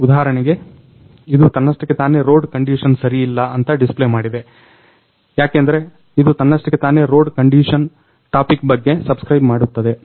ಉಧಾಹರಣೆಗೆ ಇದು ತನ್ನಷ್ಟಕ್ಕೆ ತಾನೆ ರೋಡ್ ಕಂಡಿಷನ್ ಸರಿಯಿಲ್ಲ ಅಂತ ಡಿಸ್ಪ್ಲೇ ಮಾಡಿದೆ ಯಾಕೆಂದ್ರೆ ಇದು ತನ್ನಷ್ಟಕ್ಕೆ ತಾನೇ ರೋಡ್ ಕಂಡಿಷನ್ ಟಾಪಿಕ್ ಬಗ್ಗೆ ಸಬ್ಸ್ಕ್ರೈಬ್ ಮಾಡುತ್ತದೆ